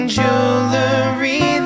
jewelry